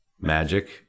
Magic